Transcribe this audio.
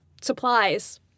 supplies